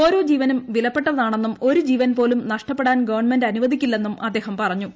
ഓരോ ജീവനും വിലപ്പെട്ടതാണ്ണെന്നും ഒരു ജീവൻപോലും നഷ്ടപ്പെടാൻ ഗവൺമെന്റ് അനുവദിക്കില്ലെന്നും അദ്ദേഹം പറഞ്ഞു